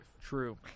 True